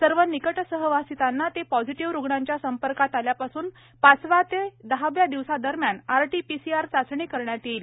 सर्व निकट सहवासितांना ते पॉझीटिव्ह रुग्णांच्या संपर्कात आल्यापासून पाचव्या ते दहाव्या दिवसादरम्यान R T P C R चाचणी करण्यात येईल